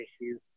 issues